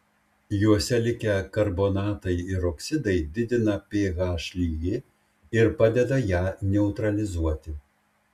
juose likę karbonatai ir oksidai didina ph lygį ir padeda ją neutralizuoti